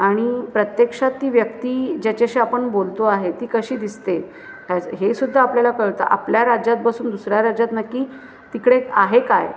आणि प्रत्यक्षात ती व्यक्ती ज्याच्याशी आपण बोलतो आहे ती कशी दिसते हेसुद्धा आपल्याला कळतं आपल्या राज्यात बसून दुसऱ्या राज्यात नक्की तिकडे आहे काय